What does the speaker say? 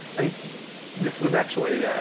and this was actually.